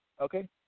Okay